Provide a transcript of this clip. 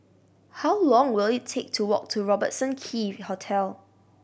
how long will it take to walk to Robertson Quay Hotel